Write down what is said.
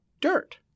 dirt